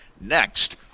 next